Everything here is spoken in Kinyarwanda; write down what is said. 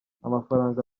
amafaranga